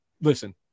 listen